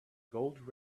gold